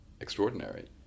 extraordinary